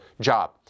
job